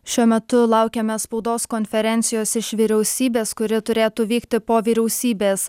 šiuo metu laukiame spaudos konferencijos iš vyriausybės kuri turėtų vykti po vyriausybės